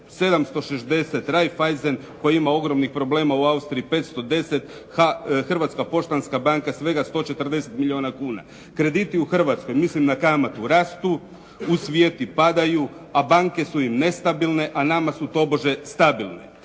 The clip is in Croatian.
760, Raiffaisen koji ima ogromnih problema u Austriji 510, Hrvatska poštanska banka svega 140 milijuna kuna. Krediti u Hrvatskoj, mislim na kamatu, rastu. U svijetu padaju, a banke su im nestabilne a nama su tobože stabilne.